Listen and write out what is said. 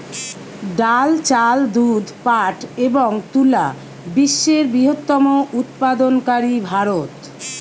ডাল, চাল, দুধ, পাট এবং তুলা বিশ্বের বৃহত্তম উৎপাদনকারী ভারত